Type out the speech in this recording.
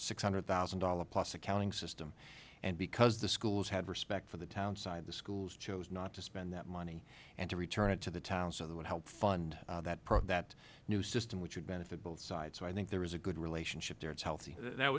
six hundred thousand dollars plus accounting system and because the schools had respect for the town side the schools chose not to spend that money and to return it to the town so they would help fund that pro that new system which would benefit both sides so i think there is a good relationship there it's healthy that